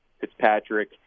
Fitzpatrick